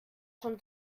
schon